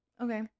Okay